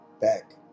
back